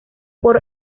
por